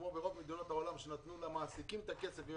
כמו ברוב מדינות העולם שנתנו למעסיקים את הכסף והם